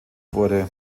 wurde